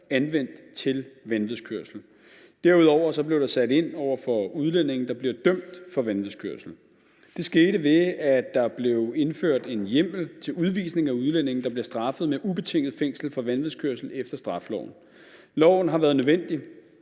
anvendt til vanvidskørsel. Derudover blev der sat ind over for udlændinge, der bliver dømt for vanvidskørsel. Det skete, ved at der blev indført en hjemmel til udvisning af udlændinge, der bliver straffet med ubetinget fængsel for vanvidskørsel efter straffeloven. Loven har været nødvendig.